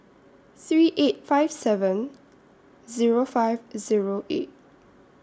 three eight five seven Zero five Zero eight